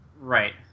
right